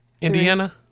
Indiana